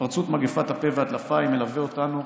התפרצות מגפת הפה והטלפיים מלווה אותנו